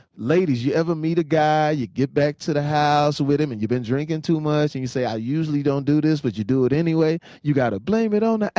ladies, you ever meet a guy, you get back to the house with him and you've been drinking too much. and you say, i usually don't do this but you do it anyway? you gotta blame it on ah